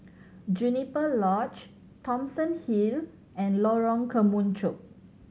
Juniper Lodge Thomson Hill and Lorong Kemunchup